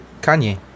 Kanye